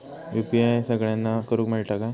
UPI सगळ्यांना करुक मेलता काय?